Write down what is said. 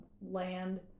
land